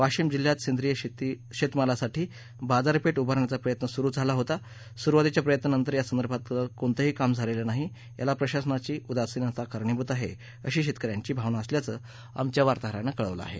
वाशिम जिल्ह्यात सेंद्रीय शेतमालासाठी बाजारपेठ उभारण्याचा प्रयत्न सुरु झाला होता सुरुवातीच्या प्रयत्नानंतर यासंदर्भातलं कोणतंही काम झालेलं नाही याला प्रशासनाची उदासिनता कारणीभूत आहे अशी शेतकऱ्यांची भावना असल्याचंही आमच्या बातमीदारानं कळवलं आहे